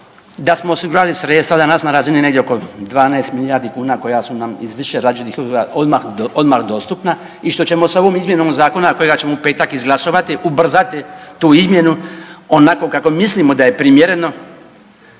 da smo osigurali sredstva danas na razini negdje oko 12 milijardi kuna koja su nam iz više … /ne razumije se/ … odmah dostupna i što ćemo sa ovom izmjenom zakona kojega ćemo u petak izglasovati ubrzati tu izmjenu onako kako mislimo da je primjereno,